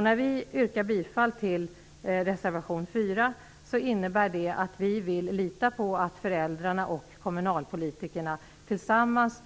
När vi yrkar bifall till reservation 4 innebär det att vi vill lita på att föräldrarna och kommunpolitikerna tillsammans